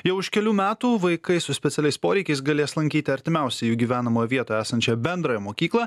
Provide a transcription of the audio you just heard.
jau už kelių metų vaikai su specialiais poreikiais galės lankyti artimiausią jų gyvenamoje vietoje esančią bendrąją mokyklą